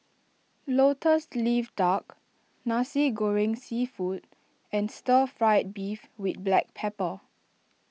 Lotus Leaf Duck Nasi Goreng Seafood and Stir Fried Beef with Black Pepper